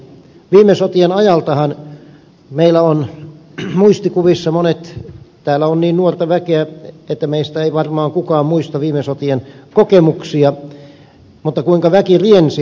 viime sotien ajaltahan meillä on muistikuvissa monella täällä on niin nuorta väkeä että meistä ei varmaan kukaan muista viime sotien kokemuksia kuinka väki riensi yleisiin väestönsuojiin